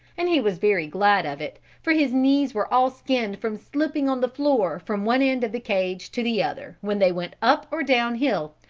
and he was very glad of it for his knees were all skinned from slipping on the floor from one end of the cage to the other when they went up or down hill,